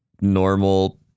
normal